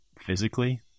physically